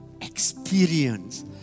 experience